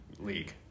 League